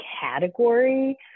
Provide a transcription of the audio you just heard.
category